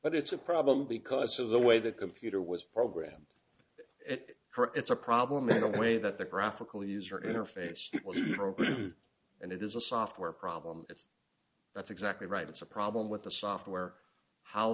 but it's a problem because of the way the computer was programmed it it's a problem in a way that the graphical user interface and it is a software problem it's that's exactly right it's a problem with the software how